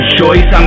choice